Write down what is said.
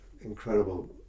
incredible